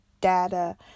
data